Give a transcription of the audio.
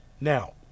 Now